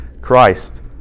Christ